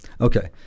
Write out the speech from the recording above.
Okay